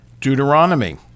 Deuteronomy